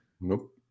nope